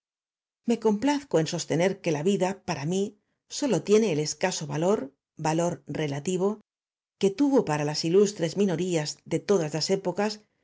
c o en sostener que la vida para m í s ó l o tiene el e s c a s o valor valor relativo q u e t u v o para las ilustres minorías de todas las é